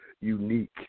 unique